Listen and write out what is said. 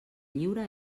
lliure